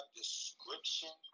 description